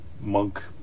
Monk